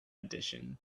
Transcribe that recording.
edition